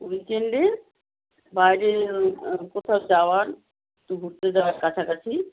উইকেণ্ডে বাইরে কোথাও যাওয়ার একটু ঘুরতে যাওয়ার কাছাকাছি